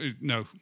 No